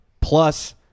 plus